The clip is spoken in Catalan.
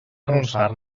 arronsar